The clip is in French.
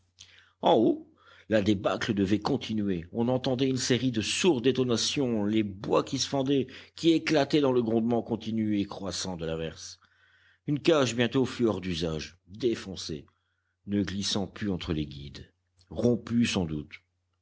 en haut la débâcle devait continuer on entendait une série de sourdes détonations les bois qui se fendaient qui éclataient dans le grondement continu et croissant de l'averse une cage bientôt fut hors d'usage défoncée ne glissant plus entre les guides rompues sans doute